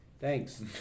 Thanks